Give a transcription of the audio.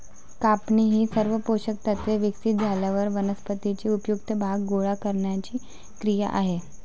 कापणी ही सर्व पोषक तत्त्वे विकसित झाल्यावर वनस्पतीचे उपयुक्त भाग गोळा करण्याची क्रिया आहे